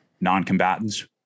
non-combatants